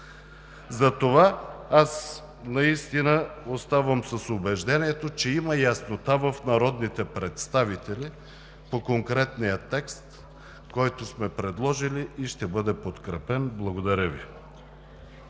Затова аз наистина оставам с убеждението, че има яснота в народните представители по конкретния текст, който сме предложили, и ще бъде подкрепен. Благодаря Ви.